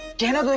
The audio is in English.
genie.